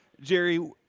Jerry